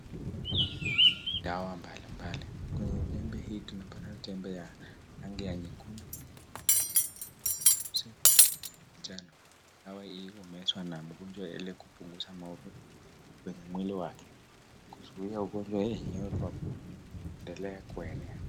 Haya ni dawa mbalimbali. Kwenye tembe hii, tunapata tembe ya rangi ya nyekundu, nyeupe, nyeusi, na ya manjano. Dawa hii humezwa na mgonjwa ili kupunguza maumivu kwenye mwili wake na kuzuia ugonjwa wenyewe kwa kuendelea kuenea.